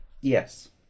Yes